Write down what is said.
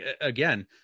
Again